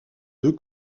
deux